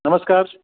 નમસ્કાર